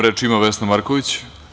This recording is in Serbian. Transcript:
Reč ima Vesna Marković.